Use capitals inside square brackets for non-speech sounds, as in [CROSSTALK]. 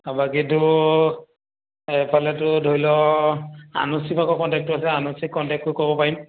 বাকীটো এফালেেতো ধৰি ল [UNINTELLIGIBLE] কণ্টেক্টটো আছে [UNINTELLIGIBLE] কণ্টেক্টটো ক'ব পাৰিম